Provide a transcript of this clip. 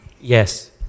Yes